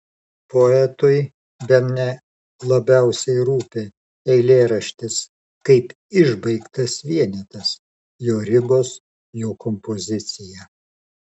poetui bene labiausiai rūpi eilėraštis kaip išbaigtas vienetas jo ribos jo kompozicija